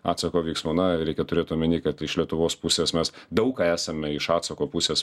atsako veiksmų na reikia turėt omeny kad iš lietuvos pusės mes daug ką esame iš atsako pusės